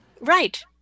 Right